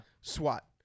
SWAT